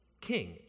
King